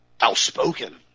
outspoken